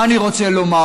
מה אני רוצה לומר,